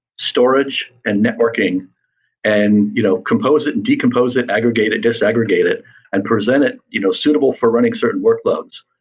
storage and networking and you know compose it and decompose it, aggregate it, disaggregate it and present it you know suitable for running certain workloads.